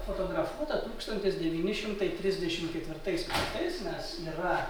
fotografuota tūkstantis devyni šimtai trisdešim ketvirtais metais nes yra